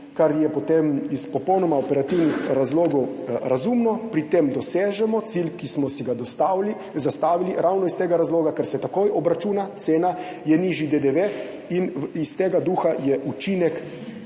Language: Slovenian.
kar je potem iz popolnoma operativnih razlogov razumno. Pri tem dosežemo cilj, ki smo si ga zastavili, ravno iz tega razloga, ker se takoj obračuna cena, je nižji DDV in iz tega duha je učinek